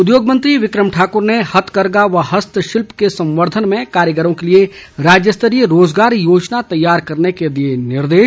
उद्योग मंत्री बिकम ठाकुर ने हथकरघा व हस्तशिल्प के संवर्धन में कारीगरों के लिए राज्यस्तरीय रोजगार योजना तैयार करने के दिए निर्देश